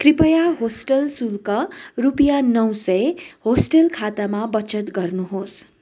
कृपया होस्टेल शुल्क रुपियाँ नौ सय होस्टेल खातामा बचत गर्नुहोस्